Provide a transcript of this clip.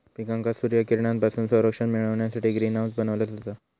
पिकांका सूर्यकिरणांपासून संरक्षण मिळण्यासाठी ग्रीन हाऊस बनवला जाता